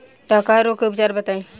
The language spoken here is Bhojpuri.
डकहा रोग के उपचार बताई?